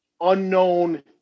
unknown